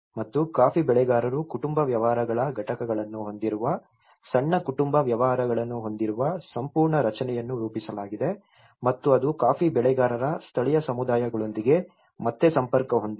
ಮತ್ತು ಕಾಫಿ ಬೆಳೆಗಾರರು ಕುಟುಂಬ ವ್ಯವಹಾರಗಳ ಘಟಕಗಳನ್ನು ಹೊಂದಿರುವ ಸಣ್ಣ ಕುಟುಂಬ ವ್ಯವಹಾರಗಳನ್ನು ಹೊಂದಿರುವ ಸಂಪೂರ್ಣ ರಚನೆಯನ್ನು ರೂಪಿಸಲಾಗಿದೆ ಮತ್ತು ಅದು ಕಾಫಿ ಬೆಳೆಗಾರರ ಸ್ಥಳೀಯ ಸಮುದಾಯಗಳೊಂದಿಗೆ ಮತ್ತೆ ಸಂಪರ್ಕ ಹೊಂದಿದೆ